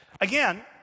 Again